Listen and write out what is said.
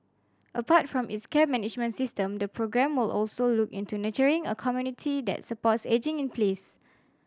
apart from its care management system the programme will also look into nurturing a community that supports ageing in place